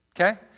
okay